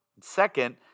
Second